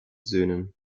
söhnen